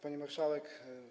Pani Marszałek!